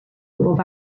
bob